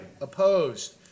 Opposed